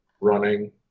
running